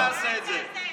אל תעשה את זה.